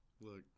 Look